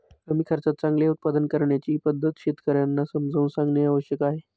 कमी खर्चात चांगले उत्पादन करण्याची पद्धत शेतकर्यांना समजावून सांगणे आवश्यक आहे